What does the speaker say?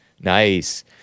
Nice